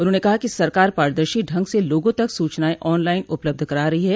उन्होंने कहा कि सरकार पारदर्शी ढंग से लोगों तक सूचनाएं ऑन लाइन उपलब्ध करा रही है